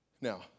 Now